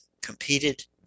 competed